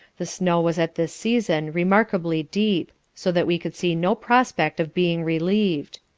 the snow was at this season remarkably deep so that we could see no prospect of being relieved.